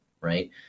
right